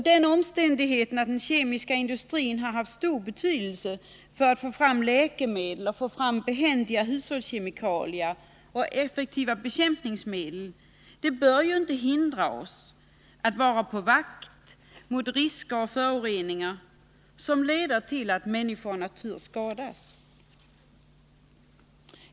Den omständigheten att den kemiska industrin har haft stor betydelse för att få fram läkemedel, behändiga hushållskemikalier och effektiva bekämpningsmedel bör inte hindra oss att vara på vår vakt mot risker och föroreningar som leder till att människor och natur skadas.